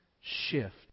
shift